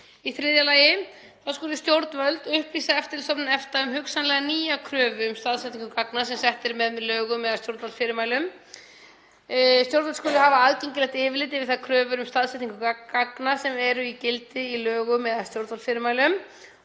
Í þriðja lagi skulu stjórnvöld upplýsa Eftirlitsstofnun EFTA um hugsanlega nýja kröfu um staðsetningu gagna sem sett er með lögum eða stjórnvaldsfyrirmælum. Stjórnvöld skulu hafa aðgengilegt yfirlit yfir þær kröfur um staðsetningu gagna sem eru í gildi í lögum eða stjórnvaldsfyrirmælum